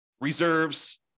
reserves